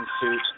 suit